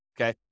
okay